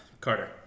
Carter